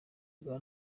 bwa